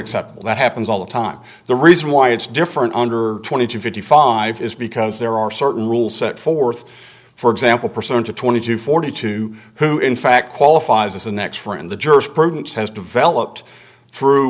acceptable that happens all the time the reason why it's different under twenty to fifty five is because there are certain rules set forth for example percent to twenty to forty two who in fact qualifies as the next friend the jurisprudence has developed through